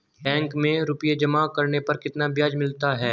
Bank में रुपये जमा करने पर कितना ब्याज मिलता है?